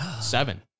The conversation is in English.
Seven